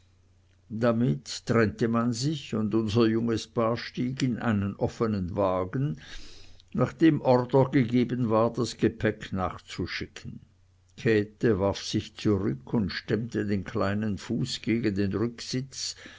damit trennte man sich und unser junges paar stieg in einen offenen wagen nachdem ordre gegeben war das gepäck nachzuschicken käthe warf sich zurück und stemmte den kleinen fuß gegen den rücksitz